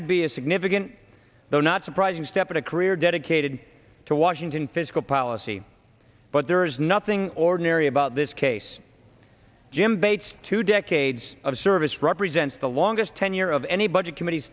would be a significant though not surprising step in a career dedicated to washington fiscal policy but there is nothing ordinary about this case jim bates two decades of service represents the longest tenure of any budget committee